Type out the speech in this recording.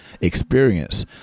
experience